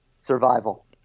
Survival